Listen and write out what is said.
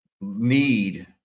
need